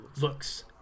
looks